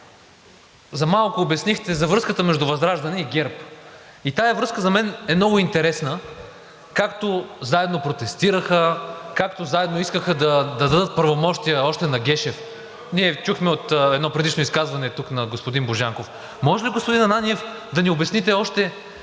за малко обяснихте за връзката между ВЪЗРАЖДАНЕ и ГЕРБ и тази връзка за мен е много интересна, както заедно протестираха, както заедно искаха да дадат правомощия още на Гешев, ние чухме от едно предишно изказване тук на господин Божанков. Може ли, господин Ананиев, да ни обясните още